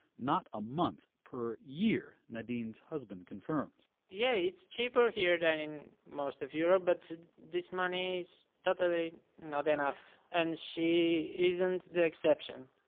not a month per year. nadin's husband confirms yeah it's cheaper here than in most of europe, but this money is totally not enough and she isn't the exception.